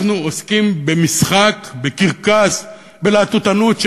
אנחנו עוסקים במשחק, בקרקס, בלהטוטנות.